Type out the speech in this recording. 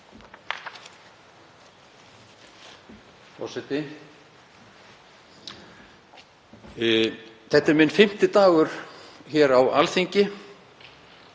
Þetta er minn fimmti dagur hér á Alþingi.